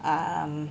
um